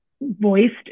voiced